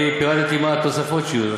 אני פירטתי מה התוספות שיהיו.